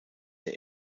der